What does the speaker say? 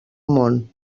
món